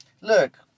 Look